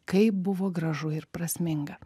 kaip buvo gražu ir prasminga